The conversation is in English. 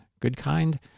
Goodkind